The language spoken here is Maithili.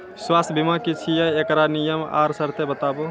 स्वास्थ्य बीमा की छियै? एकरऽ नियम आर सर्त बताऊ?